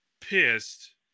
Pissed